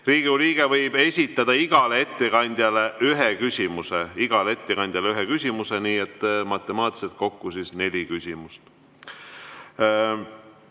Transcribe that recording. Riigikogu liige võib esitada igale ettekandjale ühe küsimuse. Igale ettekandjale on üks küsimus, nii et matemaatiliselt on kokku neli küsimust.